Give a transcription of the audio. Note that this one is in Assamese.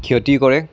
ক্ষতি কৰে